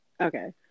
Okay